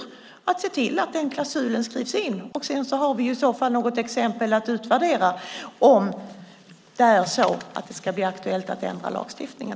De kan se till att den klausulen skrivs in. Sedan har vi i så fall något exempel att utvärdera om det ska bli aktuellt att ändra lagstiftningen.